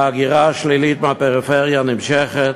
ההגירה השלילית מהפריפריה נמשכת,